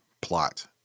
plot